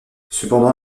cependant